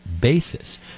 basis